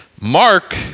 Mark